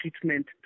treatment